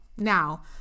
now